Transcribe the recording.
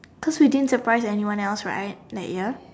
because we didn't surprise anyone else right that year